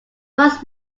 thus